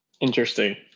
interesting